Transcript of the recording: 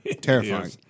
terrifying